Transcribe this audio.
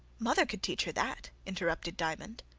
mother could teach her that, interrupted diamond.